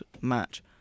match